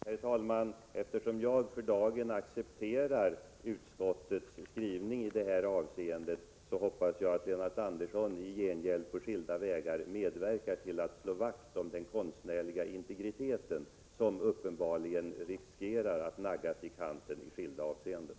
Herr talman! Eftersom jag för dagen accepterar utskottets skrivning i detta avseende hoppas jag att Lennart Andersson i gengäld på skilda vägar medverkar till att slå vakt om den konstnärliga integriteten, som uppenbarligen riskerar att naggas i kanten i olika avseenden.